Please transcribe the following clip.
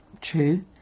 True